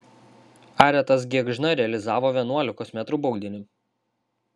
aretas gėgžna realizavo vienuolikos metrų baudinį